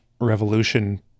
revolution